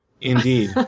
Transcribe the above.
Indeed